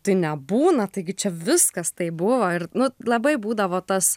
tai nebūna taigi čia viskas taip buvo ir nu labai būdavo tas